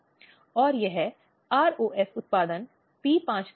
बालिकाएँ कम से कम 18 वर्ष की आयु में अपनी शिक्षा जारी रखेंगी